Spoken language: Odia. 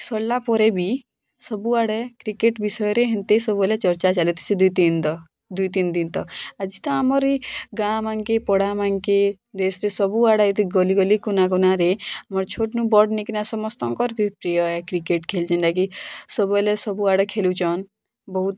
ସରିଲା ପରେ ସବୁ ଆଡ଼େ କ୍ରିକେଟ୍ ବିଷୟରେ ହେନ୍ତି ସବୁଦେଲେ ଚର୍ଚ୍ଚା ଚାଲିଛି ଦୁଇ ତିନ୍ ଦିନ୍ ତକ ଦୁଇ ତିନ୍ ଦିନ୍ ତକ ଆଜି ତ ଆମର ଏ ଗାଁ ମାନଙ୍କେ ପଡ଼ାମାନ୍ଙ୍କେ ଦେଶରେ ସବୁ ଆଡ଼େ ତେ ଗଲି ଗଲି କୋନା କୋନାରେ ଆମର୍ ଛୋଟ୍ନୁ ବଡ଼ ନିକିନା ସମସ୍ତଙ୍କର ବି ପ୍ରିୟ ହେ କ୍ରିକେଟ୍ କ୍ରିକେଟ୍ ଖେଲ୍ ଯିନ୍ତା କି ସବୁବେଲେ ସବୁଆଡ଼େ ଖେଲୁଛନ୍ ବହୁତ୍